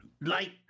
Light